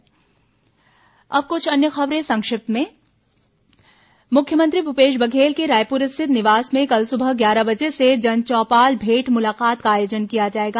संक्षिप्त समाचार अब कुछ अन्य खबरें संक्षिप्त में मुख्यमंत्री भूपेश बघेल के रायपुर स्थित निवास में कल सुबह ग्यारह बजे से जनचौपाल भेंट मुलाकात का आयोजन किया जाएगा